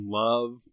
love